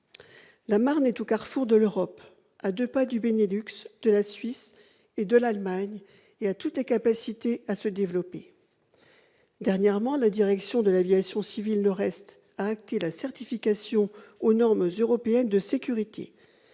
La Marne est au carrefour de l'Europe, à deux pas du Benelux, de la Suisse et de l'Allemagne, et elle a toutes les capacités de se développer. Dernièrement, la direction de la sécurité de l'aviation civile nord-est a acté la certification aux normes européennes de sécurité